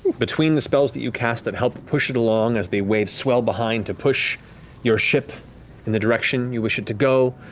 between the spells that you cast that help to push it along, as the waves swell behind, to push your ship in the direction you wish it to go,